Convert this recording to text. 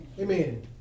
Amen